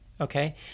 okay